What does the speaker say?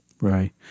Right